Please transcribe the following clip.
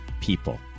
people